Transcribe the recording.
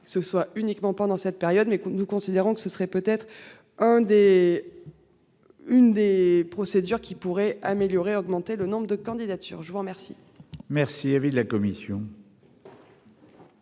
ce soit uniquement pendant cette période, mais nous considérons que ce serait peut-être un des. Une des procédures qui pourraient améliorer augmenter le nombre de candidatures, je vous remercie. Merci. Avis de la commission.